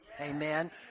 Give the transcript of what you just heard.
amen